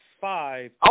five